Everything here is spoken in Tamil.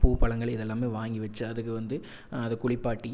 பூ பழங்கள் இதெல்லாமே வாங்கி வெச்சி அதுக்கு வந்து அதை குளிப்பாட்டி